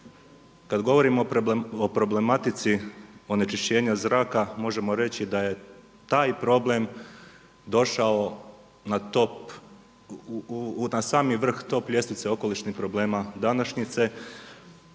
Kad govorimo o problematici onečišćenja zraka možemo reći da je taj problem došao na top, na sami vrh top ljestvice okolišnih problema današnjice